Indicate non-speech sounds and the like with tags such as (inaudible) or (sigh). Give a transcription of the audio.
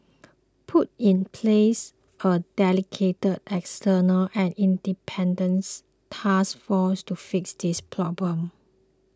(noise) put in place a dedicated external and independents task force to fix these problems